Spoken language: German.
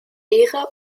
ehre